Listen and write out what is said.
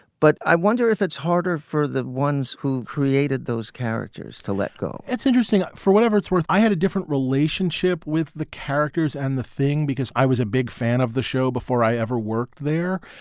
but i wonder if it's harder for the ones who created those characters to let go it's interesting. for whatever it's worth, i had a different relationship with the characters. and the thing because i was a big fan of the show before i ever worked there.